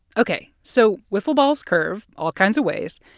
ok, so wiffle balls curve all kinds of ways.